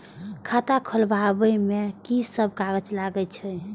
खाता खोलाअब में की सब कागज लगे छै?